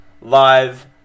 live